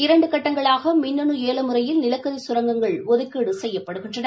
இரண்டுகட்டங்களாகமின்னனுஏலமுறையில் நிலக்கரிகரங்கங்கள் ஒதுக்கீடுசெய்யப்படுகின்றன